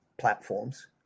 platforms